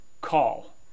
call